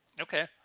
okay